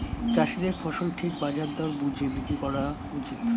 চাষীদের ফসল ঠিক বাজার দর বুঝে বিক্রি করা উচিত